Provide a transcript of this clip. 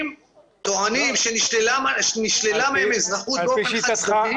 טוענים שנשללה מהם אזרחות באופן חד-צדדי,